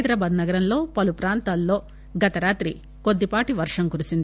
హైదరాబాద్ నగరంలో పలుప్రాంతాల్లో గత రాత్రి కొద్దిపాటి వర్షం కురిసింది